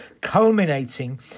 culminating